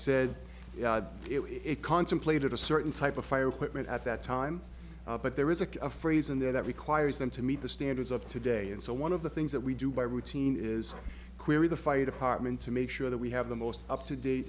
said it contemplated a certain type of fire equipment at that time but there is a phrase in there that requires them to meet the standards of today and so one of the things that we do by routine is where the fire department to make sure that we have the most up to date